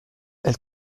elle